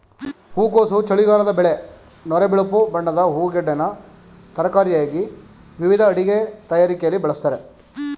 ಹೂಕೋಸು ಚಳಿಗಾಲದ ಬೆಳೆ ನೊರೆ ಬಿಳುಪು ಬಣ್ಣದ ಹೂಗೆಡ್ಡೆನ ತರಕಾರಿಯಾಗಿ ವಿವಿಧ ಅಡಿಗೆ ತಯಾರಿಕೆಲಿ ಬಳಸ್ತಾರೆ